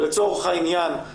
לצורך העניין,